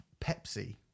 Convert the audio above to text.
Pepsi